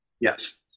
Yes